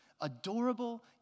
Adorable